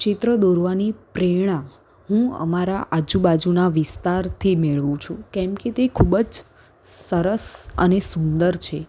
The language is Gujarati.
ચિત્ર દોરવાની પ્રેરણા હું અમારા આજુબાજુના વિસ્તારથી મેળવું છું કેમકે તે ખૂબ જ સરસ અને સુંદર છે